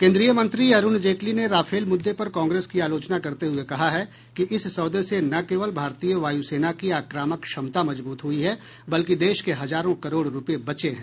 केन्द्रीय मंत्री अरुण जेटली ने राफेल मुद्दे पर कांग्रेस की आलोचना करते हुए कहा है कि इस सौदे से न केवल भारतीय वायु सेना की आक्रामक क्षमता मजबूत हुई है बल्कि देश के हजारों करोड़ रुपये बचे हैं